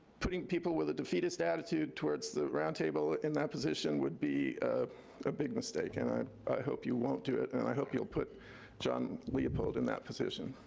putting people with a defeatist attitude towards the roundtable in that position would be a big mistake, and i hope you won't do it, and i hope you'll put john leopold in that position.